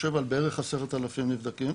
יושב על בערך 10,000 נבדקים.